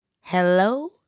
Hello